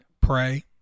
pray